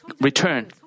return